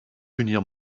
punir